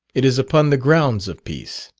it is upon the grounds of peace.